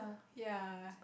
ya